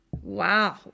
Wow